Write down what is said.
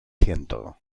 ciento